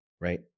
right